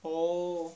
哦